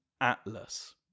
Atlas